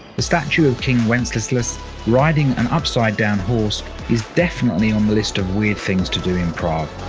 the statue of king wenceslas riding an upside-down horse is definitely on the list of weird things to do in prague.